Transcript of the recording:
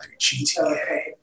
GTA